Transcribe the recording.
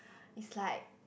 it's like